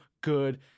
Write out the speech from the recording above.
good